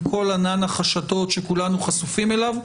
עם כל ענן החשדות שכולנו חשופים אליו,